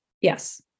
Yes